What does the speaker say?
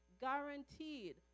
Guaranteed